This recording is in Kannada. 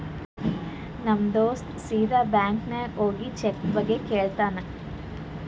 ನಮ್ ದೋಸ್ತ ಸೀದಾ ಬ್ಯಾಂಕ್ ನಾಗ್ ಹೋಗಿ ಚೆಕ್ ಬಗ್ಗೆ ಕೇಳ್ತಾನ್